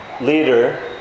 leader